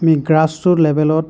আমি গ্ৰাছৰুট লেবেলত